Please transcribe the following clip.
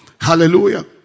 Hallelujah